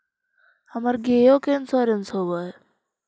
हमर गेयो के इंश्योरेंस होव है?